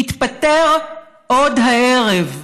התפטר עוד הערב.